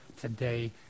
today